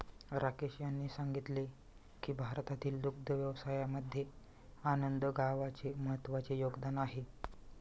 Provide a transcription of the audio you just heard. राकेश यांनी सांगितले की भारतातील दुग्ध व्यवसायामध्ये आनंद गावाचे महत्त्वाचे योगदान आहे